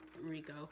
Rico